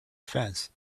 fence